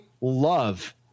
love